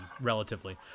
Relatively